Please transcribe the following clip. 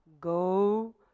go